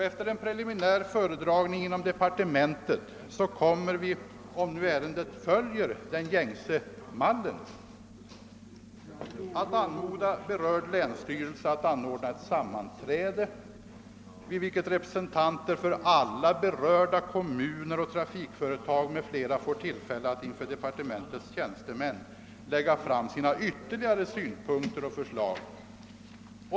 Efter en preliminär föredragning inom departementet kommer vi, om nu ärendet följer den gängse mallen, att anmoda berörd länsstyrelse att anordna ett sammanträde, vid vilket representanter för alla berörda kommuner och trafikföretag m.fl. får tillfälle att inför departementets tjänstemän lägga fram sina ytterligare synpunkter och förslag.